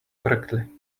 correctly